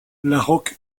laroque